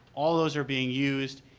all of these are being used.